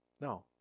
No